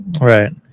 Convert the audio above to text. right